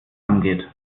angeht